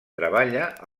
treballa